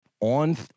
On